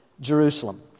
jerusalem